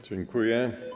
Dziękuję.